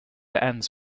ends